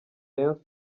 rayon